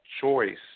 choice